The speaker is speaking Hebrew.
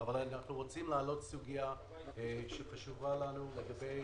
אבל אנחנו רוצים להעלות סוגיה שחשובה לנו לגבי